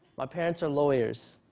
my parents are lawyers?